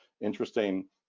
Interesting